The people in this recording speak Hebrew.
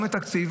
גם לתקציב,